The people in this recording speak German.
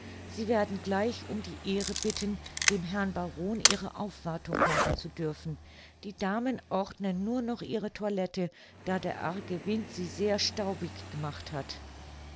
sie werden gleich um die ehre bitten dem herrn baron ihre aufwartung machen zu dürfen die damen ordnen nur noch ihre toilette da der arge wind sie sehr staubig gemacht hat